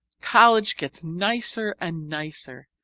college gets nicer and nicer.